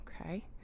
Okay